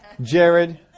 Jared